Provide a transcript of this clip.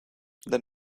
the